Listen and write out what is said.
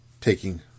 taking